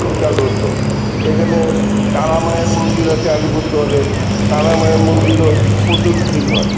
খুব জাগ্রত এখানে তারা মায়ের মন্দির আছে আলিপুরদুয়ারে তারা মায়ের মন্দিরেও প্রচুর ভিড় হয়